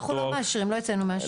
אנחנו לא מאשרים, לא אצלנו מאשרים.